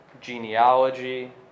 genealogy